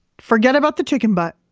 forget about the chicken butt.